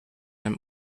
them